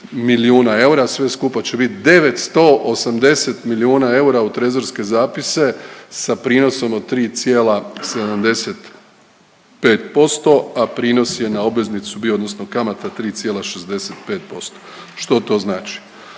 milijuna eura. Sve skupa će biti 980 milijuna eura u trezorske zapise sa prinosom od 3,75%, a prinos je na obveznicu bio odnosno kamata 3,65%. Što to znači?